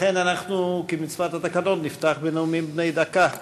לכן אנחנו, כמצוות התקנון, נפתח בנאומים בני דקה.